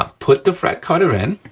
um put the fret cutter in,